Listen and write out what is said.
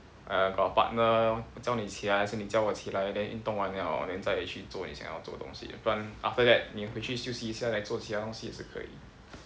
uh got a partner 我叫你起来还是你叫我起来 then 运动完了 then 再去做你想要做的东西不然 after that 你回去休息一下 then 做其他东西也是可以